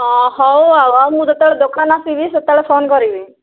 ହଁ ହଉ ଆଉ ଆଉ ମୁଁ ଯେତେବେଳେ ଦୋକାନ ଆସିବି ସେତେବେଳେ ଫୋନ୍ କରିବି